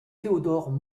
théodore